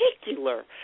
particular